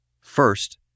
First